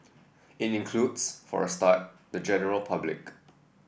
it includes for a start the general public